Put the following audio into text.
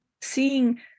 seeing